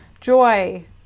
joy